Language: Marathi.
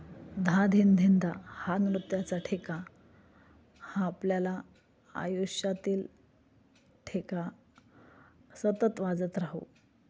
धा धीन धिन धा हा नृत्याचा ठेका हा आपल्याला आयुष्यातील ठेका सतत वाजत राहो